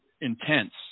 intense